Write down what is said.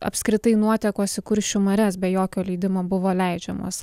apskritai nuotekos į kuršių marias be jokio leidimo buvo leidžiamos